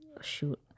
shoot